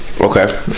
Okay